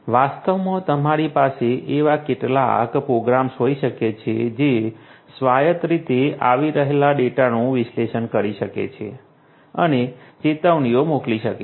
વાસ્તવમાં તમારી પાસે એવા કેટલાક પ્રોગ્રામ્સ હોઈ શકે છે જે સ્વાયત્ત રીતે આવી રહેલા ડેટાનું વિશ્લેષણ કરી શકે છે અને ચેતવણીઓ મોકલી શકે છે